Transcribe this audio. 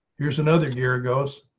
here's another year goes.